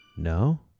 No